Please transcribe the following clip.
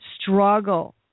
struggle